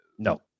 No